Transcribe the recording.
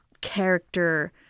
character